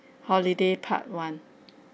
holiday part one